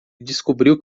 descobriu